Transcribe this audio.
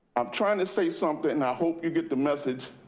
i'm trying to say something. and i hope you get the message